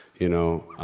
you know,